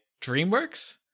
DreamWorks